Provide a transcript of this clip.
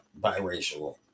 biracial